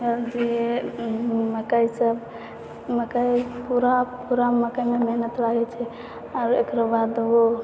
अभी मकै सभ मकै पूरा पूरा मकैमे मेहनत लागैत छै आब एकरो बाद ओ